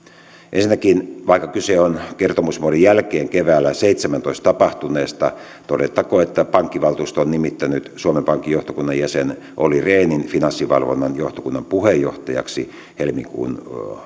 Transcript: ensinnäkin vaikka kyse on kertomusvuoden jälkeen keväällä seitsemäntoista tapahtuneesta todettakoon että pankkivaltuusto on nimittänyt suomen pankin johtokunnan jäsen olli rehnin finanssivalvonnan johtokunnan puheenjohtajaksi tämän vuoden helmikuun